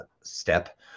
step